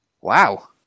Wow